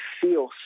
feel